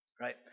Right